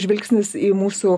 skvarbus žvilgsnis į mūsų